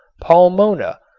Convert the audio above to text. palmona,